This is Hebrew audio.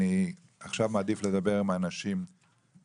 אבל עכשיו אני מעדיף לדבר עם האנשים פה.